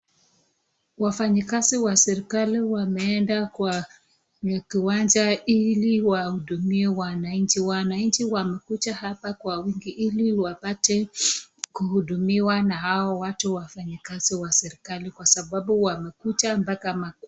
Wafanyikazi wa serikali wameenda kwa mtwanja ili wahudumie wananchi. Wananchi wamekuja hapa kwa wingi ili wapate kudumiwa na hawa watu wafanyikazi wa serikali kwa sababu wamekuja mpaka makwao.